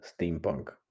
steampunk